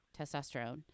testosterone